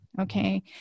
Okay